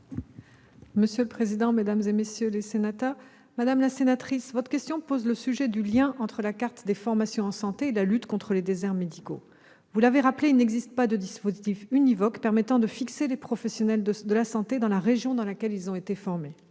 Monsieur le président, mesdames, messieurs les sénateurs, madame la sénatrice Nadia Sollogoub, votre question pose le sujet du lien entre la carte des formations en santé et la lutte contre les déserts médicaux. Vous l'avez rappelé, il n'existe pas de dispositif indiscutable permettant de fixer les professionnels de la santé dans la région dans laquelle ils ont été formés.